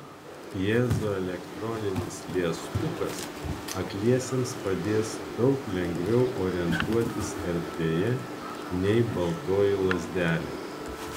pjezoelektrinis liestukas akliesiems padės daug lengviau orientuotis erdvėje nei baltoji lazdelė